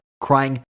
crying